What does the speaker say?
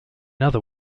other